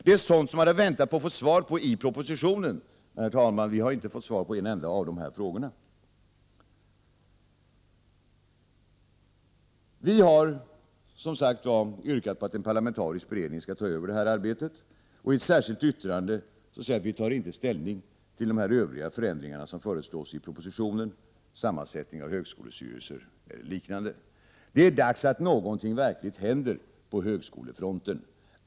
Det är sådant man hade väntat att få svar på i propositionen, men vi har inte, herr talman, fått svar på en enda av dessa frågor. Vi moderater har alltså yrkat att en parlamentarisk beredning skall ta över detta arbete. I ett särskilt yttrande säger vi att vi inte tar ställning till de övriga förändringar som föreslås i propositionen, som sammansättningen av högskolestyrelser och liknande. Det är dags att någonting verkligen händer på högskolefronten.